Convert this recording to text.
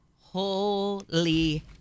Holy